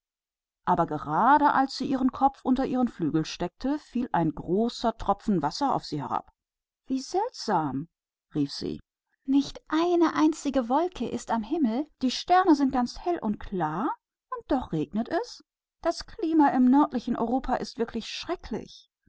aber gerade als er seinen kopf unter seinen flügel stecken wollte fiel ein großer regentropfen auf ihn nieder wie sonderbar rief er am himmel ist nicht das kleinste wölkchen die sterne sind hell und leuchten und doch regnet es das klima im nördlichen europa ist